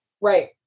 Right